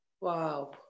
wow